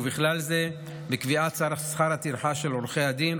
ובכלל זה בקביעת שכר הטרחה של עורכי הדין,